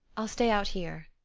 i'll stay out here.